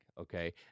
okay